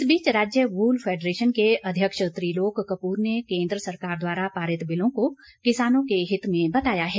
इस बीच राज्य वूल फेडरेशन के अध्यक्ष त्रिलोक कपूर ने केन्द्र सरकार द्वारा पारित बिलों को किसानों के हित में बताया है